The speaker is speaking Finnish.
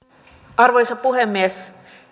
arvoisa puhemies